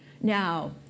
Now